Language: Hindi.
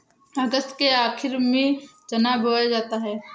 अगस्त के आखिर में चना बोया जाता है